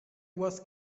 was